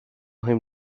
him